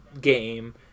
game